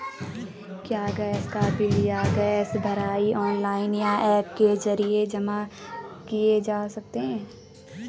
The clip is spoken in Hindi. क्या गैस का बिल या गैस भराई ऑनलाइन या ऐप के जरिये जमा किये जा सकते हैं?